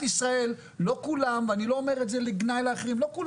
ישראל לא כולם ואני לא אומר את זה לגנאי הם כמוך,